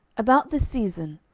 about this season,